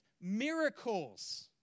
miracles